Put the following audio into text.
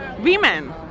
women